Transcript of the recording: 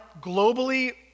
globally